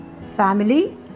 family